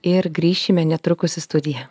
ir grįšime netrukus į studiją